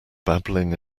babbling